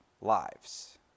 lives